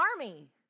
army